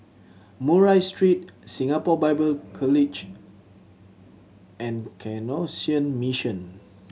Murray Street Singapore Bible College and Canossian Mission